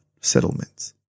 settlements